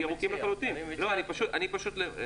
אני חושב שכן.